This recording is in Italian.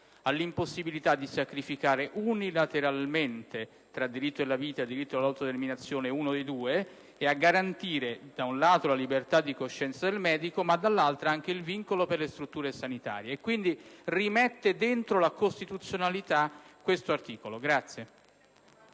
all'impossibilità di sacrificare unilateralmente, tra diritto alla vita e diritto all'autodeterminazione, uno dei due, e a garantire, da un lato, la libertà di coscienza del medico e, dall'altro, il vincolo per le strutture sanitarie. Quindi, l'emendamento rimette dentro la costituzionalità questo articolo 1.